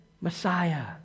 Messiah